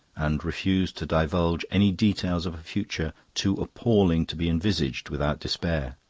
and refuse to divulge any details of a future too appalling to be envisaged without despair.